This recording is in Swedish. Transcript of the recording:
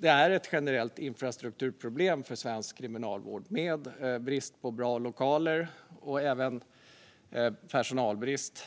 Det är ett generellt infrastrukturproblem för svensk kriminalvård med brist på bra lokaler, och det finns även till viss del personalbrist.